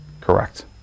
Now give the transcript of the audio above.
Correct